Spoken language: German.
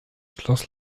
schloss